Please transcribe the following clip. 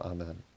Amen